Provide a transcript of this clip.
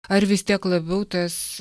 ar vis tiek labiau tas